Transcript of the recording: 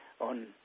on